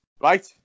Right